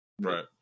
Right